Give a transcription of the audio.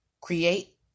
create